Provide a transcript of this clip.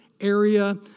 area